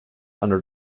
under